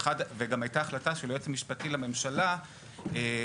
וגם הייתה החלטה של היועץ המשפטי לממשלה שבנסיבות